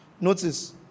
Notice